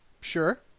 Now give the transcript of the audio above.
sure